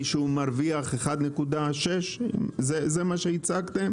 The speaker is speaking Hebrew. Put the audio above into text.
מישהו מרוויח 1.6. זה מה שהצגתם,